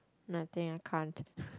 nothing I can't